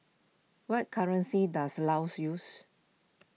what currency does Laos use